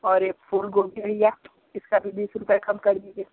और ये फूल गोभी भैया इसका भी बीस रुपये कम कर दीजिए